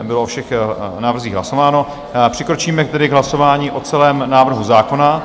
Bylo o všech návrzích hlasováno, přikročíme tedy k hlasování o celém návrhu zákona.